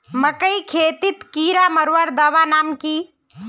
मकई खेतीत कीड़ा मारवार दवा नाम की?